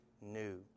new